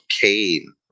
Cain